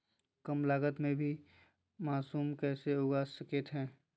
कम लगत मे भी मासूम कैसे उगा स्केट है?